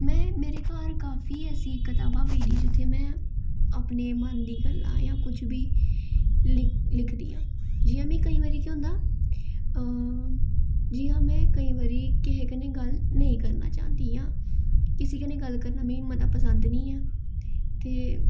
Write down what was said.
में मेरे घार काफी ऐसियां कताबां पेई दियां में अपनी मन दियां गल्लां जां कुछ बी लिखदियां जियां मिगी केई बारी केह् होंदा जियां में केई बारी केहे कन्नै गल्ल नेई करना चाहंदियां किसे कन्नै मिगी गल्ल करना मती पसंद नीं ऐ ते